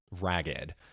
ragged